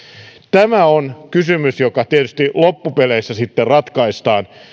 tämä on kysymys joka tietysti loppupeleissä sitten ratkaistaan